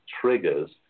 triggers